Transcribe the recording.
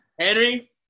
Henry